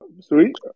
sweet